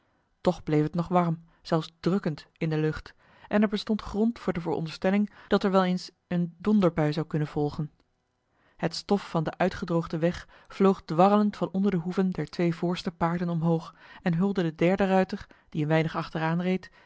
toch bleef het nog warm zelfs drukkend in de lucht en er bestond grond voor de veronderstelling dat er wel eens eene donderbui zou kunnen volgen het stof van den uitgedroogden weg vloog dwarrelend van onder de hoeven der twee voorste paarden omhoog en hulde den derden ruiter die een weinig achteraan reed